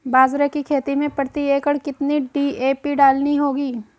बाजरे की खेती में प्रति एकड़ कितनी डी.ए.पी डालनी होगी?